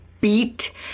beat